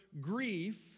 grief